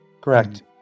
correct